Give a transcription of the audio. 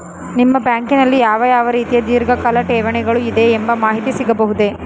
ನಿಮ್ಮ ಬ್ಯಾಂಕಿನಲ್ಲಿ ಯಾವ ಯಾವ ರೀತಿಯ ಧೀರ್ಘಕಾಲ ಠೇವಣಿಗಳು ಇದೆ ಎಂಬ ಮಾಹಿತಿ ಸಿಗಬಹುದೇ?